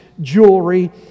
jewelry